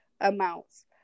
amounts